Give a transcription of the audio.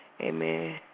Amen